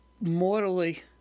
mortally